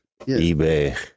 eBay